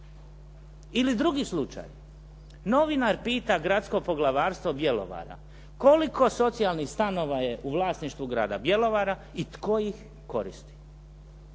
Ili drugi slučaj. Novinar pita Gradsko poglavarstvo Bjelovara koliko socijalnih stanova je u vlasništvu Grada Bjelovara i tko ih koristi.